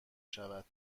شود